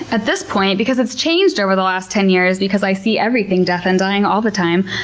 at this point, because it's changed over the last ten years because i see everything death and dying all the time,